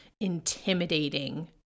intimidating